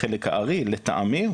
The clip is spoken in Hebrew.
החלק הארי לטעמי,